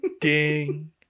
ding